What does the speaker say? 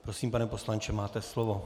Prosím, pane poslanče, máte slovo.